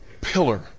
pillar